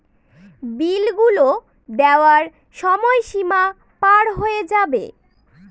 বিল গুলো দেওয়ার সময় সীমা পার হয়ে যাবে